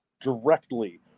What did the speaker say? directly